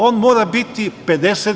On mora biti 50%